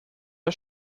der